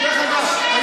עם מה אתם מתעסקים?